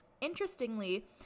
Interestingly